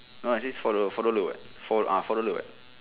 no actually four dollar four dollar [what] four ah four dollar [what]